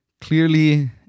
clearly